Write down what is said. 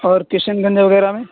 اور کشن گنج وغیرہ میں